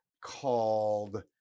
called